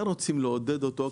כן רוצים לעודד אותו,